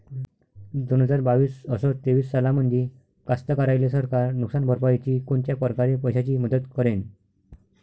दोन हजार बावीस अस तेवीस सालामंदी कास्तकाराइले सरकार नुकसान भरपाईची कोनच्या परकारे पैशाची मदत करेन?